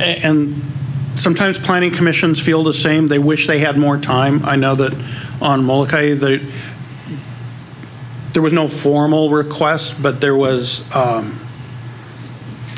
and sometimes planning commissions feel the same they wish they had more time i know that there was no formal requests but there was